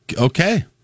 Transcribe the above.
Okay